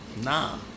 nah